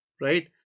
right